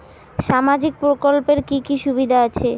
সামাজিক প্রকল্পের কি কি সুবিধা আছে?